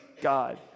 God